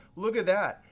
look at that.